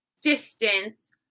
distance